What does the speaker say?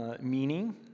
meaning